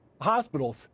hospitals